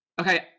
Okay